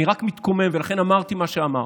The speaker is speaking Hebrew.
אני רק מתקומם, ולכן אמרתי מה שאמרתי.